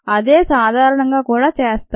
అదే సాధారణంగా కూడా చేస్తారు